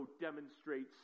demonstrates